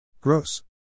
Gross